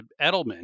Edelman